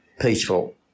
peaceful